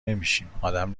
نمیشیم، ادم